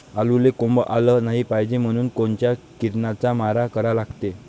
आलूले कोंब आलं नाई पायजे म्हनून कोनच्या किरनाचा मारा करा लागते?